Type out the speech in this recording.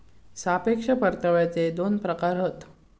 सापेक्ष परताव्याचे दोन प्रकार हत